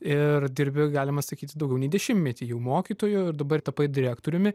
ir dirbi galima sakyti daugiau nei dešimtmetį jau mokytoju ir dabar tapai direktoriumi